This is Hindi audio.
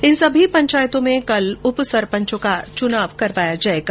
इन सभी पंचायतों में कल उप सरपंच का चुनाव करवाया जाएगा